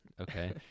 okay